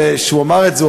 וכשהוא אמר את זה,